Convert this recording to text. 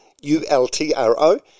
U-L-T-R-O